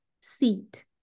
seat